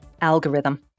algorithm